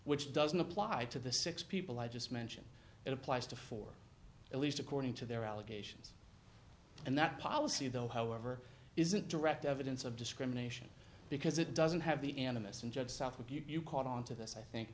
which doesn't apply to the six people i just mentioned it applies to four at least according to their allegations and that policy though however isn't direct evidence of discrimination because it doesn't have the animus and judge southwick you caught on to this i think